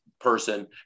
person